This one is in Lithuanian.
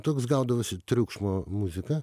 toks gaudavosi triukšmo muzika